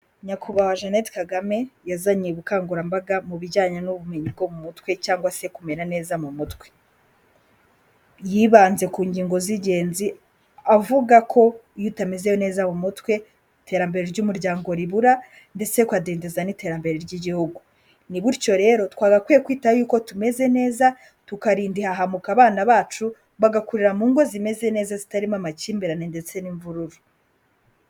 Nyakubahwa Jeanette Kagame yazanye ubukangurambaga mu bijyanye n'ubumenyi bwo mu mutwe cyangwa se kumera neza mu mutwe. Yibanze ku ngingo z'ingenzi avuga ko iyo utameze neza mu mutwe iterambere ry'umuryango ribura ndetse ukadindiza n'iterambere ry'Igihugu. Ni butyo rero twagakwiye kwita yuko tumeze neza tukarinda ihahamuka abana bacu, bagakurira mu ngo zimeze neza zitarimo amakimbirane ndetse n'imvururu.